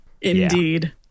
indeed